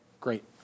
great